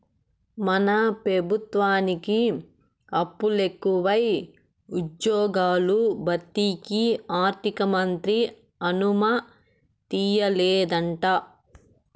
మన పెబుత్వానికి అప్పులెకువై ఉజ్జ్యోగాల భర్తీకి ఆర్థికమంత్రి అనుమతియ్యలేదంట